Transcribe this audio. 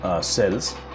cells